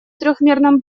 трёхмерном